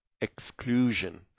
exclusion